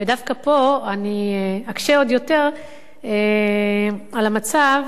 ודווקא פה אני אקשה עוד יותר על המצב,